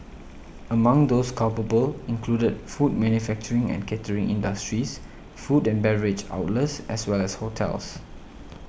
among those culpable included food manufacturing and catering industries food and beverage outlets as well as hotels